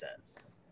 says